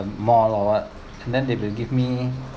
the mall or what then they will give me